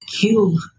kill